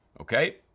Okay